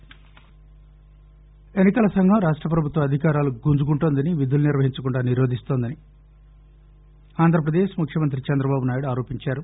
వీపి ం ఎన్సి కల సంఘం రాష్ట ప్రభుత్వ అధికారాలు గుంజుకుంటోందని విధులు నిర్వహించకుండా నిరోధిస్తోందని ఆంధ్రప్రదేశ్ ముఖ్యమంత్రి చంద్రబాబునాయుడు ఆరోపించారు